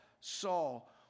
Saul